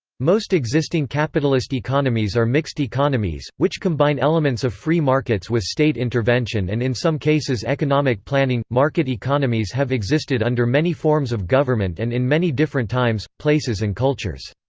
most existing capitalist economies are mixed economies, which combine elements of free markets with state intervention and in some cases economic planning market economies have existed under many forms of government and in many different times, places and cultures.